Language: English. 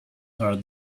are